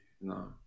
no